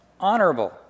honorable